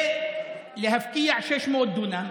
ולהפקיע 600 דונם